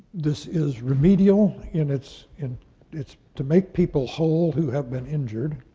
this is remedial, and it's and it's to make people whole who have been injured,